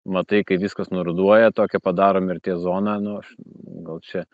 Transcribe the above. matai kai viskas nuruduoja tokią padaro mirties zoną nu aš gal čia